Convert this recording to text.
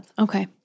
Okay